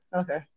Okay